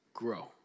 grow